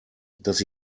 dass